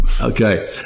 Okay